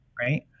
right